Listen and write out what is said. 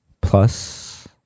plus